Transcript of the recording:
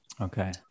okay